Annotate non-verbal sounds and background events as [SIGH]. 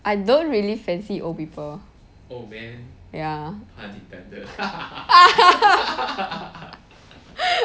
I don't really fancy old people ya [LAUGHS]